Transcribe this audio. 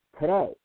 today